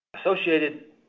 Associated